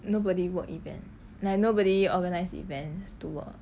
nobody work event like nobody organised events to work